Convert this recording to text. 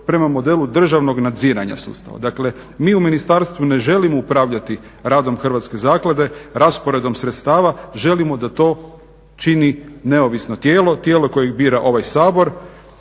prema modelu državnog nadziranja sustava. Dakle mi u ministarstvu ne želimo upravljati radom hrvatske zaklade, rasporedom sredstava. Želimo da to čini neovisno tijelo, tijelo kojeg bira ovaj Sabor